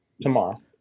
Tomorrow